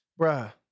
Bruh